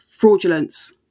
fraudulence